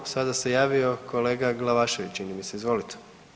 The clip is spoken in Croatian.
Sada se javio kolega Glavašević čini mi se, izvolite.